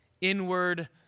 inward